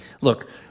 look